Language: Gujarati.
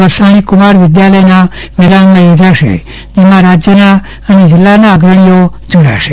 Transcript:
વરસાણી કુમાર વિદ્યાલયના મેદાનમાં યોજાશે જેમાં રાજ્યના અને જીલ્લાના અગ્રણીઓ જોડાશે